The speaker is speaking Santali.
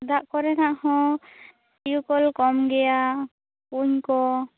ᱫᱟᱜ ᱠᱚᱨᱮᱱᱟᱜ ᱦᱚᱸ ᱴᱤᱭᱩᱠᱚᱞ ᱠᱚᱢ ᱜᱮᱭᱟ ᱠᱩᱧ ᱠᱚ